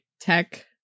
tech